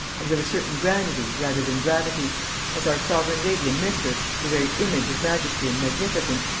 and with a certain grandity rather than gravity as our sovereign lady and mistress, the very image of majesty and magnificence,